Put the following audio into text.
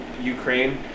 Ukraine